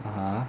(uh huh)